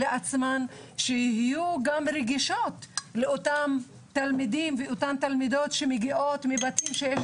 שיהיו רגישות לאותם תלמידים ותלמידות שמגיעות מבתים בהם יש